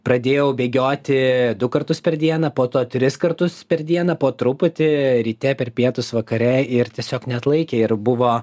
pradėjau bėgioti du kartus per dieną po to tris kartus per dieną po truputį ryte per pietus vakare ir tiesiog neatlaikė ir buvo